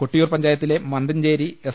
കൊട്ടിയൂർ പഞ്ചായത്തിലെ മന്തഞ്ചേരി എസ്